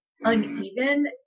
uneven